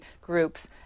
groups